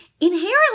inherently